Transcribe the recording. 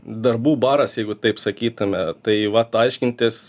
darbų baras jeigu taip sakytume tai vat aiškintis